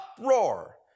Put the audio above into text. uproar